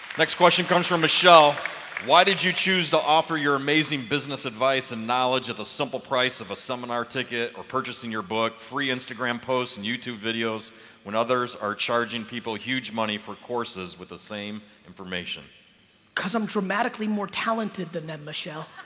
next question comes from michelle why did you choose to offer your amazing business advice and knowledge of the simple price of a seminar ticket or purchasing your book free? instagram posts and youtube videos when others are charging people huge money for courses with the same information cuz i'm dramatically more talented than them michelle.